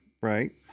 Right